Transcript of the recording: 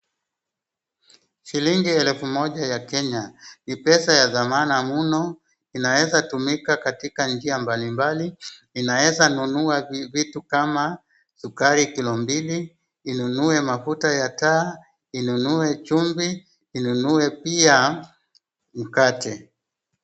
Shilingi elfu moja ya Kenya, ni pesa ya dhamana mno, inaweza kutumika katika njia mbalimbali. Inaeza nunua vitu kama sukari kilo mbili, inunue mafuta ya taa, inunue chumvi, inunue pia mkate.